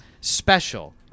special